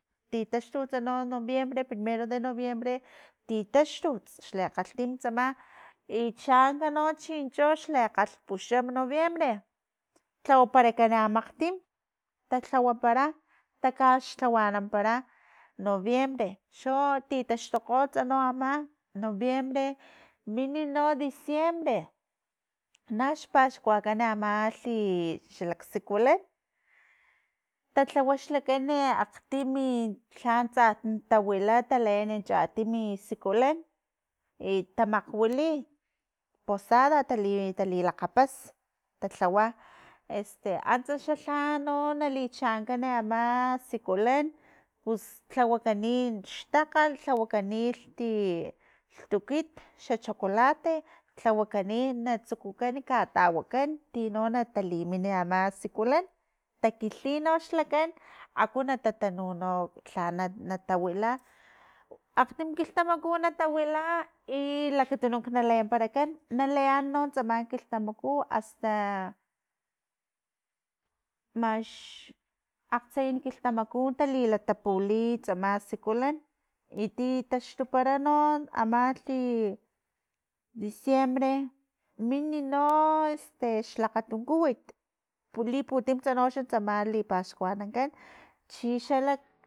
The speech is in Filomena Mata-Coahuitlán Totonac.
Titaxtutsa no noviembr. e primero de novienbre titaxtu xle kgalhtimts ama i chaanka no chincho xle kgalhpuxam noviembre tsawaparakan amakgtim. tatlawapara kataxlhawanampara noviembre cho titaxtokgolhtsa no ama noviembre mini no diciembre nax paxkuakan amalhi xalaksikulan tatlawa xlakani akgtimi lhantsa tawila taleeni chatimi sikulan i tamakgwili posada tali talilakgapas talhawa este antsa xa lhano nalichankan ama sikulan pus lhawakani i xtakgal i lhawakani lhtukit xa chocolate tlawakani i natsukukani katawakan tino natalimin ama sikulan takilhi noxlakan aku na tatanu lhano na tatawila, akgtim kiltamaku tawila ilakatunuk nalemparakan nalean no tsama kilhtamaku asta max akgtsayan kilhtamaku talilatapuli tsama sikulan i titaxtupara no amalhi i diciembre mini no este xlakgatankiwit li- liputimtsa no tsama lipaxkuanankan chixa lak.